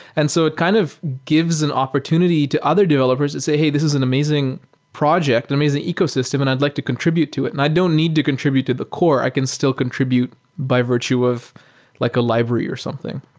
and so it kind of gives an opportunity to other developers and say, hey, this is an amazing project, an amazing ecosystem and i'd like to contribute to it, and i don't need to contribute to the core. i can still contribute by virtue of like a library or something.